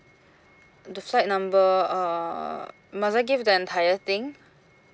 the flight number uh must I give the entire thing